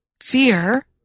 fear